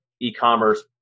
e-commerce